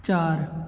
ਚਾਰ